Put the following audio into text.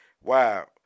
wow